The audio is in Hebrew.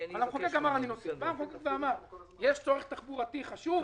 המחוקק אמר: יש צורך תחבורתי חשוב,